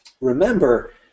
Remember